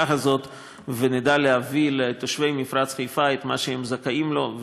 הזאת ונדע להביא לתושבי מפרץ חיפה את מה שהם זכאים לו,